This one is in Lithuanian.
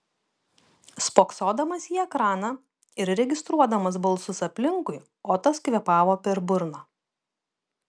spoksodamas į ekraną ir registruodamas balsus aplinkui otas kvėpavo per burną